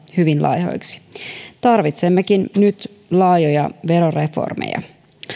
hyvin laihoiksi tarvitsemmekin nyt laajoja veroreformeja